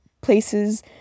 places